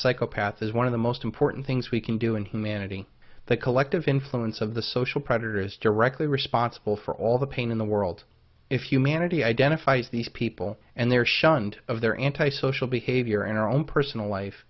psychopaths is one of the most important things we can do and humanity the collective influence of the social predators directly responsible for all the pain in the world if humanity identifies these people and their shunned of their anti social behavior in our own personal life